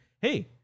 hey